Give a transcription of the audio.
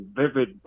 vivid